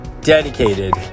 dedicated